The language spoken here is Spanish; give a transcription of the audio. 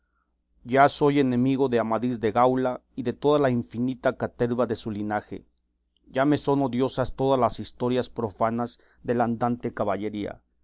ya soy enemigo de amadís de gaula y de toda la infinita caterva de su linaje ya me son odiosas todas las historias profanas del andante caballería